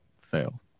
Fail